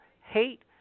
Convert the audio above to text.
hate